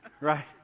Right